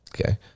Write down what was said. Okay